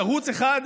יש ערוץ אחד,